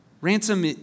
Ransom